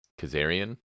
Kazarian